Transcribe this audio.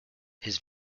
his